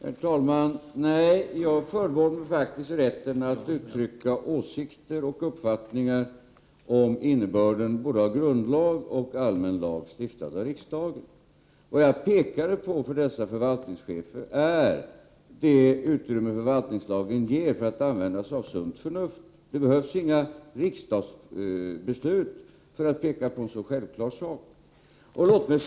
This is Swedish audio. Herr talman! Jag förbehåller mig faktiskt rätten att uttrycka åsikter och uppfattningar om innebörden av både grundlag och allmän lag stiftad av riksdagen. Vad jag pekade på inför dessa förvaltningschefer var det utrymme förvaltningslagen ger att använda sig av sunt förnuft. Det behövs inga riksdagsbeslut för att peka på en så självklar sak. Herr talman!